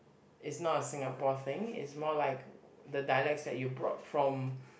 is not a Singapore thing is more like the dialect that you brought from